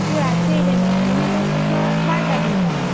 तूं रातचें येयलें न्हू म्हणून तो तुका वाट दाखयतालो